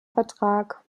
vertrag